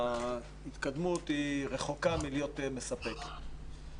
ההתקדמות היא רחוקה מלהיות מספקת.